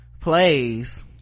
plays